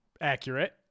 Accurate